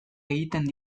egiten